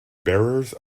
bearers